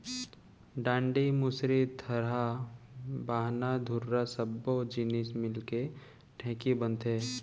डांड़ी, मुसरी, थरा, बाहना, धुरा सब्बो जिनिस मिलके ढेंकी बनथे